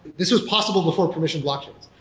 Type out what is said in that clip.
this was possible before permission blockchains.